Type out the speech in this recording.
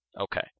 Okay